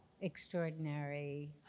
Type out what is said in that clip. extraordinary